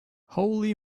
holy